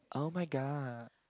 [oh]-my-god